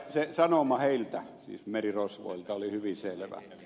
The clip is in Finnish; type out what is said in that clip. se sanoma heiltä siis merirosvoilta oli hyvin selvä